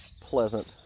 pleasant